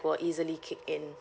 will easily kick in